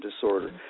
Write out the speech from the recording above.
disorder